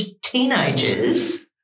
teenagers